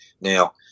Now